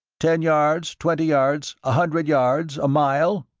ten yards, twenty yards, a hundred yards, a mile?